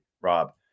Rob